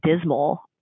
dismal